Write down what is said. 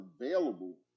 available